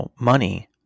money